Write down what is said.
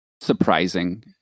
surprising